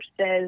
says